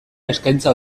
eskaintza